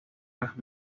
las